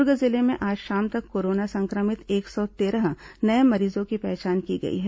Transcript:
दुर्ग जिले में आज शाम तक कोरोना संक्रमित एक सौ तेरह नये मरीजों की पहचान की गई है